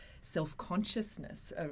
self-consciousness